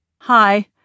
Hi